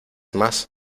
más